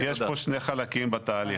שני חלקים בתהליך.